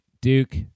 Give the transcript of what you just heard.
Duke